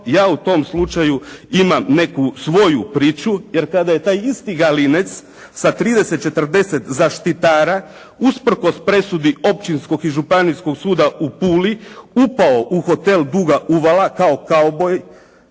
ja o tom slučaju imam neku svoju priču, jer kada je taj isti Galinec sa 30, 40 zaštitara usprkos presudi Općinskog i Županijskog suda u Puli, upao u hotel "Duga uvala" kao kauboj,